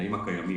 בתנאים הקיימים.